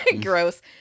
gross